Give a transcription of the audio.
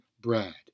Brad